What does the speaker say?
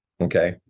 Okay